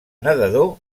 nedador